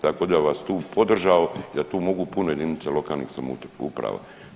Tako da bih vas tu podržao i da tu mogu puno jedinice lokalnih samouprava.